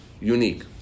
unique